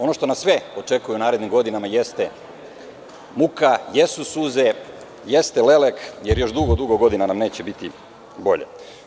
Ono što nas sve očekuje u narednim godinama jeste muka, jesu suze, jeste lelek, jer još dugo, dugo godina nam neće biti bolje.